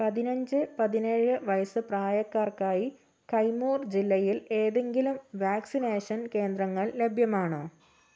പതിനഞ്ച് പതിനേഴ് വയസ്സ് പ്രായക്കാർക്കായി കൈമൂർ ജില്ലയിൽ ഏതെങ്കിലും വാക്സിനേഷൻ കേന്ദ്രങ്ങൾ ലഭ്യമാണോ